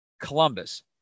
Columbus